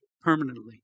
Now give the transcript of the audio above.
permanently